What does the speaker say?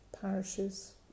parishes